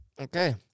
Okay